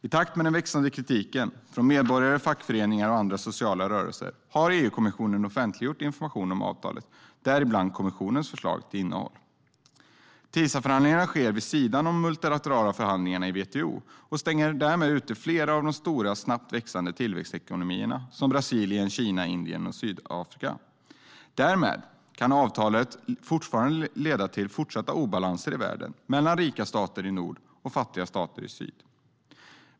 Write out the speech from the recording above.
I takt med den växande kritiken från medborgare, fackföreningar och andra sociala rörelser har EU-kommissionen offentliggjort information om avtalet, däribland kommissionens förslag till innehåll. TISA-förhandlingarna sker vid sidan om de multilaterala förhandlingarna i WTO och stänger därmed ute flera av de stora och snabbt växande tillväxtekonomierna som Brasilien, Kina, Indien och Sydafrika. Därmed kan avtalet leda till fortsatt obalans i världen mellan rika stater i nord och fattigare stater i syd.